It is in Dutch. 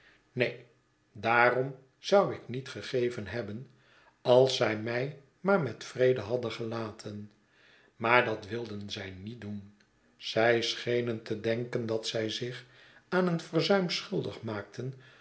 neen daarom zou ik niet gegeven hebben als zij mij maar met vrede hadden gelaten maardat wild en zij niet doen zij schenen te denken dat zij zich aan een verzuim schuldig maakten